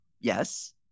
yes